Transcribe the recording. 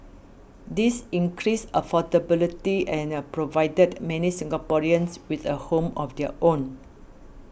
this increased affordability and a provided many Singaporeans with a home of their own